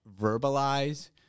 verbalize